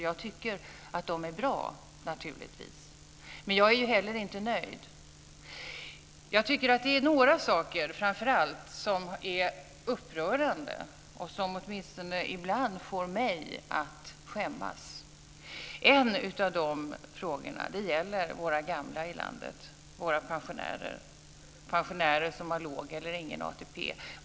Jag tycker naturligtvis att de är bra. Men jag är inte heller nöjd. Det är framför allt några saker som är upprörande och som åtminstone ibland får mig att skämmas. En av de frågorna gäller våra gamla i landet, våra pensionärer, pensionärer som har låg eller ingen ATP.